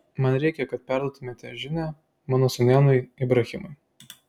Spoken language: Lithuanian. man reikia kad perduotumėte žinią mano sūnėnui ibrahimui